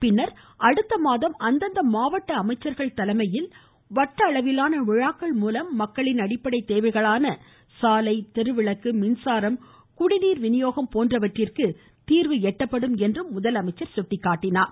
பின்னர் அடுத்த மாதத்தில் அந்தந்த மாவட்ட அமைச்சர்கள் தலைமையில் வட்ட அளவிலான விழாக்கள்மூலம் மக்களின் அடிப்படை தேவைகளான சாலை தெருவிளக்கு மின்சாரம் குடிநீர் விநியோகம் போன்றவற்றிற்கு தீர்வு காணப்படும் என்று குறிப்பிட்டார்